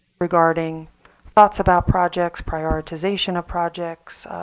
regarding thoughts about projects, prioritization of projects,